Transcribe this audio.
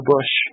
Bush